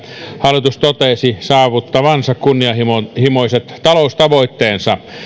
hallitus totesi saavuttavansa kunnianhimoiset taloustavoitteensa